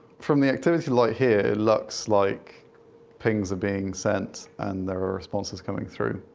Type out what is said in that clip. from the activity light here, it looks like pings are being sent, and there are responses coming through,